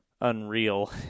unreal